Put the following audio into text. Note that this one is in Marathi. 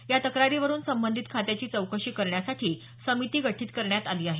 या तक्रारीवरून संबंधित खात्याची चौकशी करण्यासाठी समिती गठीत करण्यात आली आहे